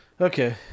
Okay